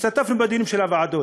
השתתפנו בדיונים של הוועדות,